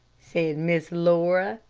said miss laura.